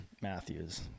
Matthews